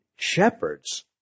shepherds